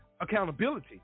accountability